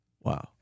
Wow